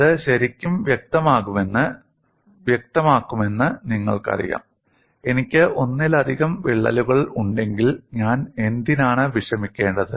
അത് ശരിക്കും വ്യക്തമാക്കുമെന്ന് നിങ്ങൾക്കറിയാം എനിക്ക് ഒന്നിലധികം വിള്ളലുകൾ ഉണ്ടെങ്കിൽ ഞാൻ എന്തിനാണ് വിഷമിക്കേണ്ടത്